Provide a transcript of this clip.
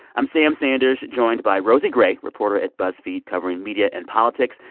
i'm sam sanders, joined by rosie gray, reporter at buzzfeed covering media and politics,